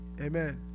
Amen